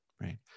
right